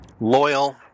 loyal